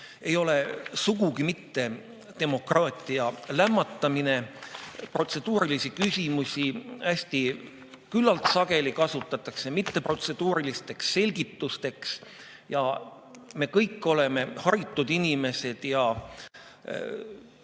ei ole sugugi mitte demokraatia lämmatamine. Protseduurilisi küsimusi kasutatakse küllaltki sageli mitteprotseduurilisteks selgitusteks. Me kõik oleme haritud inimesed ja